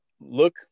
look